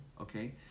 okay